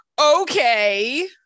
okay